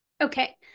Okay